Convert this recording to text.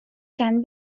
can